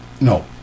no